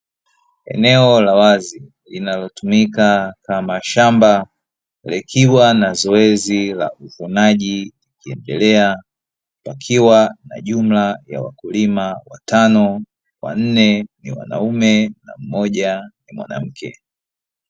Eneo la wazi linalotumika kama shamba likiwa na zoezi la uvunaji unaoendelea pakiwa na jumla ya wakulima watano, wanne ni wanaume na mmoja ni mwanamke.